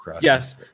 yes